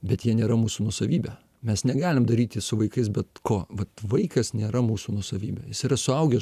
bet jie nėra mūsų nuosavybė mes negalim daryti su vaikais bet ko vat vaikas nėra mūsų nuosavybė jis yra suaugęs